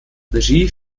regie